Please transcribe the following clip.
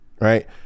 right